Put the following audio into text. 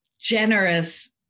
generous